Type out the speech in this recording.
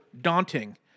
daunting